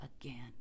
again